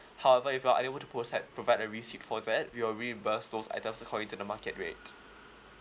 however if you are unable to proceed provide a receipt for that we'll reimburse those items according to the market rate